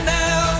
now